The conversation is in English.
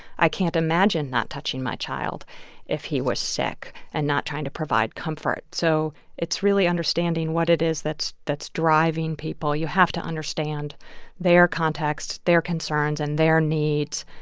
i can't imagine not touching my child if he was sick and not trying to provide comfort. so it's really understanding what it is that's that's driving people. you have to understand their context, their concerns and their needs.